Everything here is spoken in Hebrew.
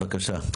בבקשה.